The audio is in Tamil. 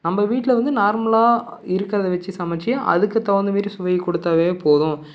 நம்ம வீட்டில் வந்து நார்மலாக இருக்கிறத வைச்சி சமைச்சி அதுக்கு தகுந்த மாரி சுவையை குடுத்தாலே போதும்